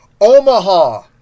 Omaha